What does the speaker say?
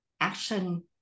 action